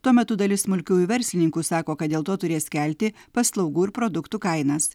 tuo metu dalis smulkiųjų verslininkų sako kad dėl to turės kelti paslaugų ir produktų kainas